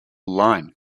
line